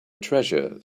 treasure